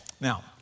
Now